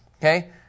okay